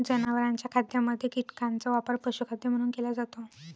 जनावरांच्या खाद्यामध्ये कीटकांचा वापर पशुखाद्य म्हणून केला जातो